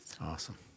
Awesome